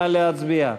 נא להצביע.